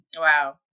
Wow